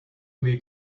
movie